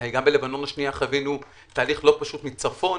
-- גם ב"לבנון השנייה" חווינו תהליך לא פשוט מצפון.